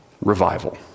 Revival